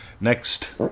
next